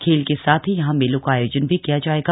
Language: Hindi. खेल के साथ ही यहां मेलों का आयोजन भी किया जायेगा